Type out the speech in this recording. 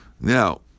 Now